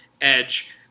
edge